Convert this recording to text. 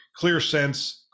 ClearSense